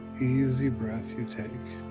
easy breath you take,